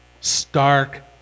stark